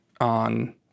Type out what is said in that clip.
on